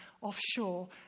offshore